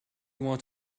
want